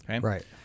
right